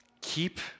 Keep